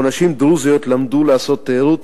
שבו נשים דרוזיות למדו לעשות תיירות